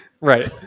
Right